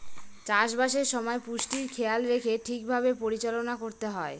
চাষবাসের সময় পুষ্টির খেয়াল রেখে ঠিক ভাবে পরিচালনা করতে হয়